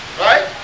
Right